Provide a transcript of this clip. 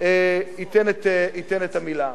ייתן את המלה.